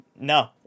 no